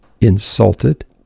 insulted